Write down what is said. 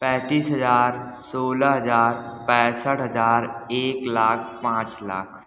पैन्तीस हज़ार सोलह हज़ार पैन्सठ हज़ार एक लाख पाँच लाख